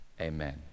Amen